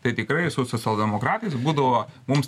tai tikrai su socialdemokratais būdavo mums